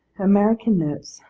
american notes,